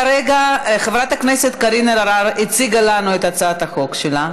כרגע חברת הכנסת קארין אלהרר הציגה לנו את הצעת החוק שלה.